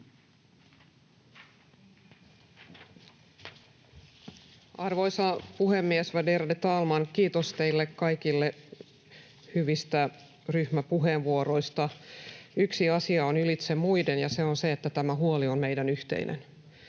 Arvoisa puhemies, värderade talman! Kiitos teille kaikille hyvistä ryhmäpuheenvuoroista. Yksi asia on ylitse muiden, ja se on se, että tämä huoli on meidän yhteinen.